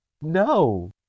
no